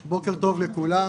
בוקר טוב לכולם.